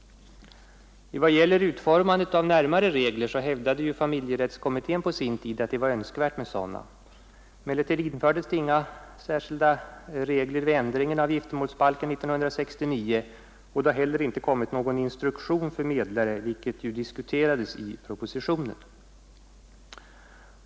Vad gäller utformandet av närmare regler hävdade ju familjerättskommittén på sin tid att det var önskvärt med sådana. Emellertid infördes det inga särskilda regler vid ändringen av giftermålsbalken 1969, och det har heller inte kommit någon instruktion för medlare, vilket dock diskuterades i propositionen.